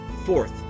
Fourth